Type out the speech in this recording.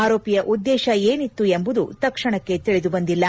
ಆರೋಪಿಯ ಉದ್ದೇಶ ಏನಿತ್ತು ಎಂಬುದು ತಕ್ಷಣಕ್ಕೆ ತಿಳಿದುಬಂದಿಲ್ಲ